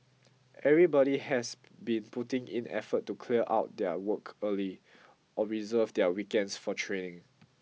everybody has been putting in effort to clear out their work early or reserve their weekends for training